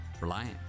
Reliant